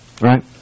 Right